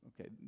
Okay